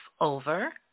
over